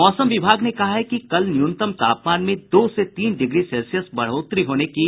मौसम विभाग ने कहा है कि कल न्यूनतम तापमान में दो से तीन डिग्री सेल्सियस बढ़ोतरी होने की संभावना है